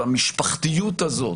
והמשפחתיות הזאת